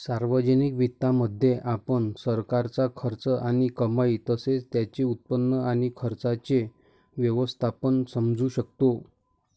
सार्वजनिक वित्तामध्ये, आपण सरकारचा खर्च आणि कमाई तसेच त्याचे उत्पन्न आणि खर्चाचे व्यवस्थापन समजू शकतो